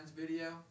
video